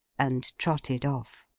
and trotted off.